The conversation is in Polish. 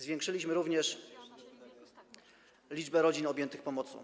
Zwiększyliśmy również liczbę rodzin objętych pomocą.